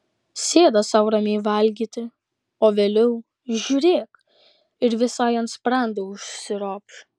sėda sau ramiai valgyti o vėliau žiūrėk ir visai ant sprando užsiropš